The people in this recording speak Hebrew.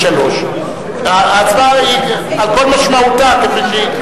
25(3). ההצבעה היא על כל משמעותה כפי שהיא,